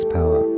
Power